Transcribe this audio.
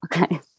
okay